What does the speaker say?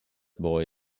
boy